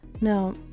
Now